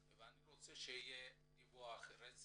אני רוצה רק להסביר למה אנחנו